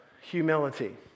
humility